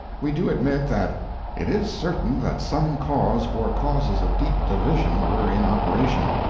we do admit that it is certain that some cause or causes of deep division were in operation.